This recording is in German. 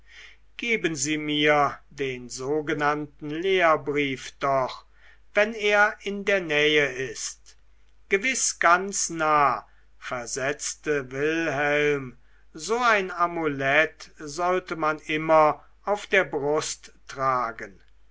geben sie mir den sogenannten lehrbrief doch wenn er in der nähe ist gewiß ganz nah versetzte wilhelm so ein amulett sollte man immer auf der brust tragen